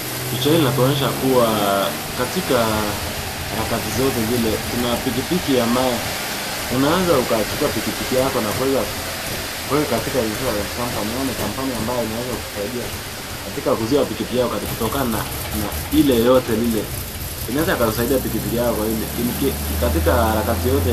Picha hili linatuonyesha kuwa katika harakati zote zile, tuna pikipiki ambaye unaeza ukachukua pikipiki yako na kuweza kuweka katika insurance company yaani kampani ambayo inaweza kusaidia katika kuzuia pikipiki yako kutokana na ile yoyote lile. Inaweza ikasaidia pikipiki yako katika harakati yote.